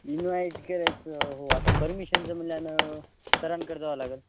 invite करायचं हो आता परमिशनचं म्हणल्याने सरांकर जावं लागेल